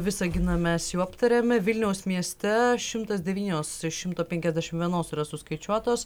visaginą mes jau aptarėme vilniaus mieste šimtas devynios šimto penkiasdešimt vienos yra suskaičiuotos